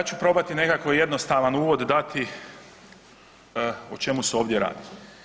Ja ću probati nekako jednostavan uvod dati, o čemu se ovdje radi.